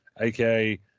aka